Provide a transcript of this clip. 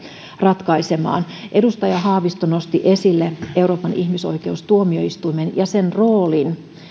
ratkaisemaan edustaja haavisto nosti esille euroopan ihmisoikeustuomioistuimen ja sen roolin